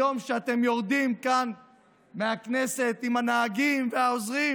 היום כשאתם יורדים כאן מהכנסת עם הנהגים והעוזרים,